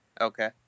Okay